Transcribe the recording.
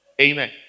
Amen